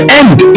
end